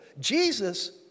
Jesus